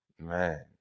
man